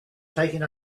taking